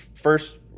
First